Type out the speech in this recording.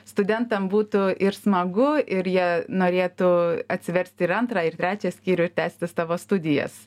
studentam būtų ir smagu ir jie norėtų atsiversti ir antrą ir trečią skyrių ir tęsti savo studijas